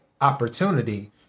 opportunity